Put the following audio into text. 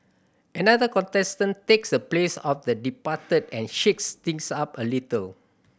another contestant takes the place of the departed and shakes things up a little